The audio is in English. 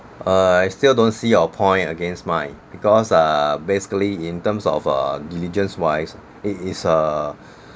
uh I still don't see your point against mine because uh basically in terms of uh diligence-wise it is err